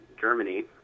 Germany